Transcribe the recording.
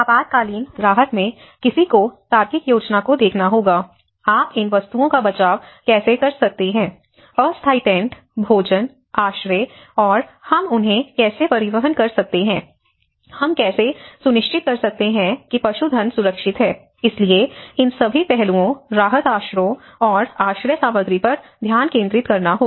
आपातकालीन राहत में किसी को तार्किक योजना को देखना होगा आप इन वस्तुओं का बचाव कैसे सकते हैं अस्थायी टेंट भोजन आश्रय और हम उन्हें कैसे परिवहन कर सकते हैं हम कैसे सुनिश्चित कर सकते हैं कि पशुधन सुरक्षित है इसलिए इन सभी पहलुओं राहत आश्रयों और आश्रय सामग्री पर ध्यान केंद्रित करना होगा